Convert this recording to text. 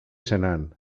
senan